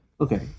Okay